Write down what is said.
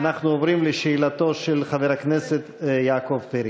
אנחנו עוברים לשאלתו של חבר הכנסת יעקב פרי,